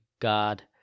God